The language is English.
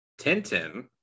Tintin